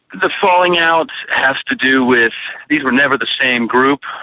the falling out has to do with, these were never the same group,